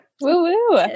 Woo-woo